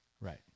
Right